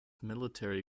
military